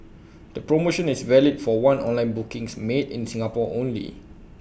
the promotion is valid for one online bookings made in Singapore only